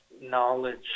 knowledge